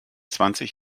zwanzig